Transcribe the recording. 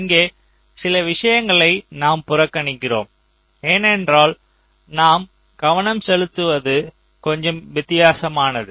இங்கே சில விஷயங்களை நாம் புறக்கணிக்கிறோம் ஏனென்றால் நாம் கவனம் செலுத்துவது கொஞ்சம் வித்தியாசமானது